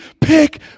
Pick